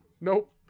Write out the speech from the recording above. Nope